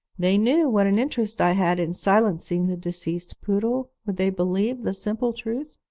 they knew what an interest i had in silencing the deceased poodle would they believe the simple truth?